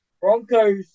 Broncos